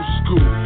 school